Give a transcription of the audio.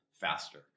faster